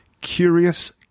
curious